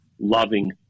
loving